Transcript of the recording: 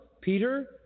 Peter